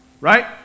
right